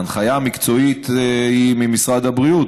ההנחיה הבריאותית היא ממשרד הבריאות,